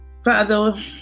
Father